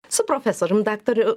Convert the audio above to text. su profesorium daktaru